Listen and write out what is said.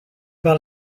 par